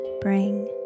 bring